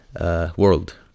world